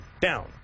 down